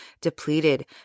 depleted